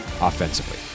offensively